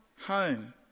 home